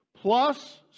plus